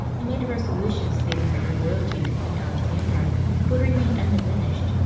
and made a resolution stating that our loyalty to queen alexandra would remain undiminished,